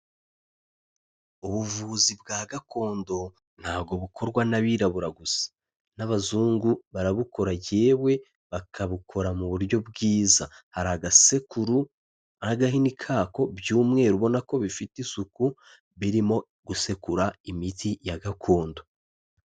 Ubuvuzi bwa gakondo ntabwo bukorwa n'abirabura gusa n'abazungu barabukora yewe bakabukora mu buryo bwiza. Hari agasekuru n'agahini kako by'umweru ubona ko bifite isuku birimo gusekura imiti ya gakondo.